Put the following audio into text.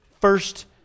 first